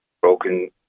broken